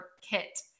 kit